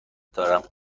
دارم